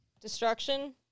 Destruction